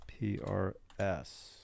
PRS